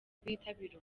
kuyitabira